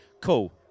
cool